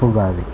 Ugadi